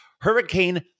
Hurricane